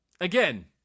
Again